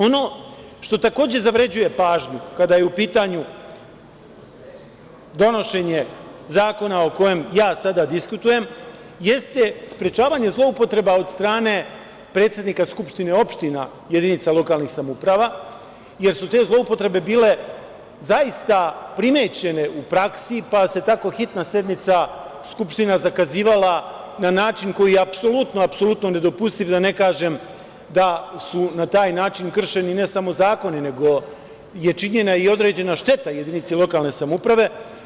Ono što takođe zavređuje pažnju kada je u pitanju donošenje zakona o kojem ja sada diskutujem jeste sprečavanje zloupotreba od strane predsednika skupštine opština jedinica lokalnih samouprava, jer su te zloupotrebe bile zaista primećene u praksi, pa se tako hitna sednica skupštine zakazivala na način koji je apsolutno nedopustiv, da ne kažem da su na taj način kršeni ne samo zakoni, nego je činjena i određena šteta jedinice lokalne samouprave.